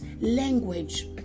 language